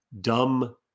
dumb